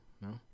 No